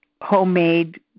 homemade